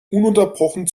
ununterbrochen